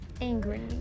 angry